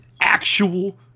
actual